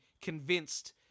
convinced